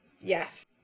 Yes